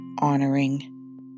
honoring